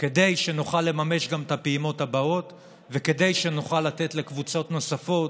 כדי שנוכל לממש גם את הפעימות הבאות וכדי שנוכל לתת לקבוצות נוספות,